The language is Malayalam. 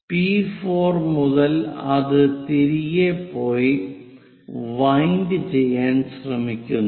പി4 മുതൽ അത് തിരികെ പോയി വൈൻഡ് ചെയ്യാൻ ശ്രമിക്കുന്നു